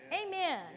amen